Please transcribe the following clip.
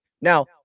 Now